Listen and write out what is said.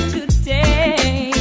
Today